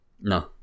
No